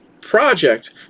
project